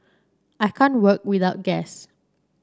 I can't work without gas